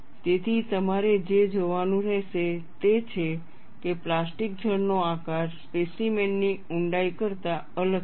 તેથી તમારે જે જોવાનું રહેશે તે છે કે પ્લાસ્ટિક ઝોન નો આકાર સ્પેસીમેન ની ઊંડાઈ કરતાં અલગ છે